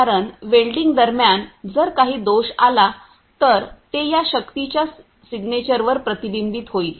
कारण वेल्डिंग दरम्यान जर काही दोष आला तर ते या शक्तीच्या सिग्नेचर वर प्रतिबिंबित होईल